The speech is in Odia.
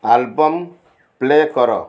ଆଲବମ୍ ପ୍ଲେ କର